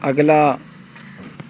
ਅਗਲਾ